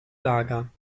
lager